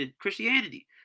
Christianity